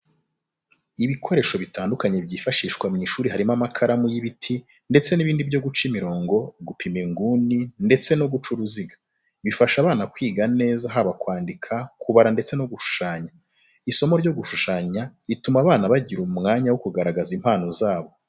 Ibikoresho bitandukanye byifashishwa mu ishuri harimo amakaramu y'ibiti ndetse n'ibindi byo guca imirongo, gupima inguni, ndetse no guca uruziga. Bifasha abana kwiga neza haba kwandika, kubara ndetse no gushushanya. Isomo ryo gushushanya rituma abana bagira umwanya wo kugaragaza impano zabo.